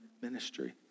ministry